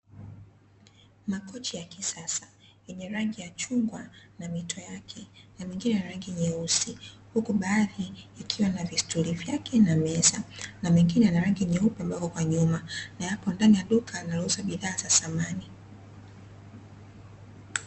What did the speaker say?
Makochi ya kisasa yenye rangi ya chungwa na mito yake na mengine yana rangi nyeusi, huku baadhi yakiwa na vistuli vyake na meza na mengine yana rangi yeupe ambayo yako kwa nyuma na yako ndani ya duka linalouza bidhaa za samani.